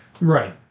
Right